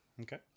Okay